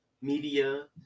media